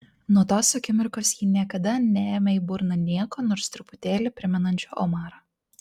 nuo tos akimirkos ji niekada neėmė į burną nieko nors truputėlį primenančio omarą